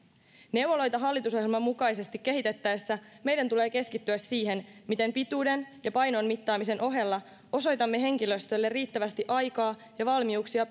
neuvoloita hallitusohjelman mukaisesti kehitettäessä meidän tulee keskittyä siihen miten pituuden ja painon mittaamisen ohella osoitamme henkilöstölle riittävästi aikaa ja valmiuksia